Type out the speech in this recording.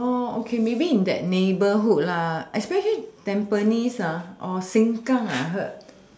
oh okay maybe in that neighbourhood ah especially tampines ah or sengkang I heard